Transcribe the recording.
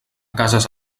casas